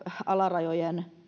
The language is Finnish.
alarajojen